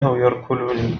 يركلني